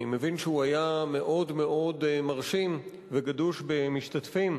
אני מבין שהוא היה מאוד-מאוד מרשים וגדוש במשתתפים.